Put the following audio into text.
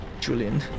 Julian